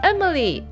Emily